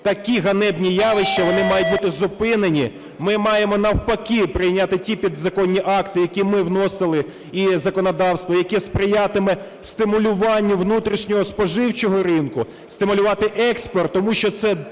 такі ганебні явища, вони мають бути зупинені. Ми маємо, навпаки, прийняти ті підзаконні акти, які ми вносили, і законодавство, яке сприятиме стимулюванню внутрішнього споживчого ринку, стимулювати експорт, тому що це